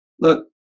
Look